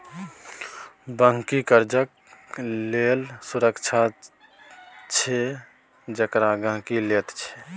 बन्हकी कर्जाक लेल सुरक्षा छै जेकरा गहिंकी लैत छै